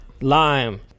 lime